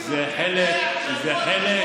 כי זה חלק מהעבודה,